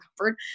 comfort